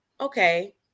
Okay